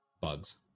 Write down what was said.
bugs